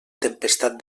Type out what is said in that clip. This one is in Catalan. tempestat